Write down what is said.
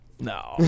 No